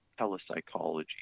telepsychology